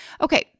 Okay